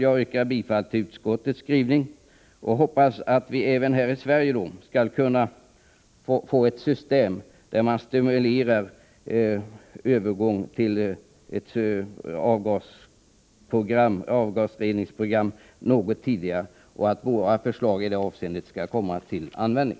Jag yrkar bifall till utskottets hemställan och hoppas att vi även här i Sverige skall kunna få ett system där man stimulerar övergång till ett avgasreningsprogram något tidigare och att våra förslag i det avseendet skall komma till användning.